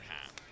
half